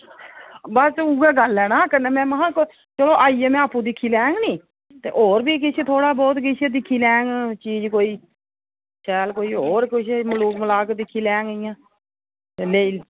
बस उ'ऐ गल्ल ऐ न कन्नै मैं महां चलो आइयै मैं आपूं दिक्खी लैंङ नी ते होर बी किश थोह्ड़ा बोह्त किश दिक्खी लैंङ चीज कोई शैल कोई होर कुश मलूक मलाक दिक्खी लैंङ इ'यां ते लेई